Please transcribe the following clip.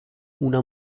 una